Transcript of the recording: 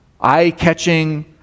eye-catching